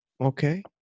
Okay